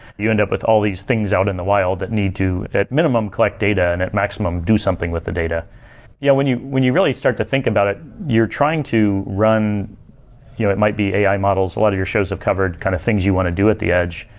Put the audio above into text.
you end up with all things out in the wild that need to at minimum collect data, and at maximum do something with the data yeah when you when you really start to think about it, you're trying to run you know it might be ai models. a lot of your shows have covered kind of things you want to do at the edge.